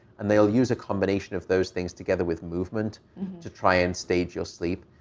and they'll use a combination of those things together with movement to try and stage your sleep.